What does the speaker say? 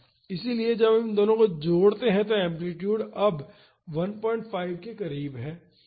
इसलिए जब हम इन दोनों को जोड़ते हैं तो एम्पलीटूड अब 15 के करीब है